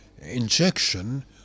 injection